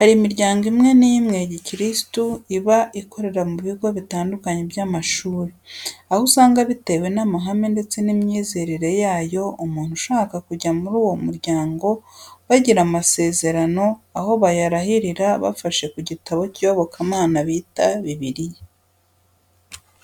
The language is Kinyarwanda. Hari imiryango imwe n'imwe ya gikirisitu iba ikorera mu bigo bitandukanye by'amashuri, aho usanga bitewe n'amahame ndetse n'imyizerere yayo umuntu ushaka kujya muri uwo muryango bagira amasezerano, aho bayarahirira bafashe ku gitabo cy'iyobokamana bita Bibiliya.